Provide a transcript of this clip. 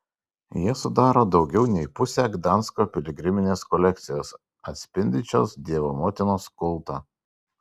jie sudaro daugiau nei pusę gdansko piligriminės kolekcijos atspindinčios dievo motinos kultą